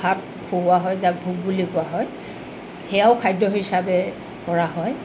ভাত খোৱাওৱা হয় যাক ভোগ বুলি কোৱা হয় সেয়াও খাদ্য হিচাপে কৰা হয়